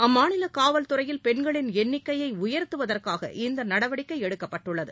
அம்மாநில காவல்துறையில் பெண்களின் எண்ணிக்கையை உயர்த்துவதற்காக இந்த நடவடிக்கை எடுக்கப்பட்டுள்ளது